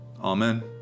Amen